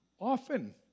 often